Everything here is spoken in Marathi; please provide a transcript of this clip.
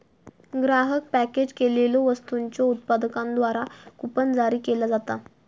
ग्राहक पॅकेज केलेल्यो वस्तूंच्यो उत्पादकांद्वारा कूपन जारी केला जाता